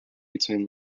between